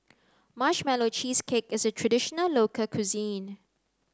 Marshmallow Cheesecake is a traditional local cuisine